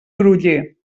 groller